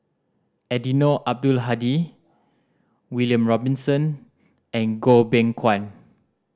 Eddino Abdul Hadi William Robinson and Goh Beng Kwan